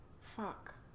fuck